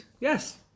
Yes